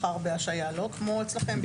בהשעיה, כמו אצלכם.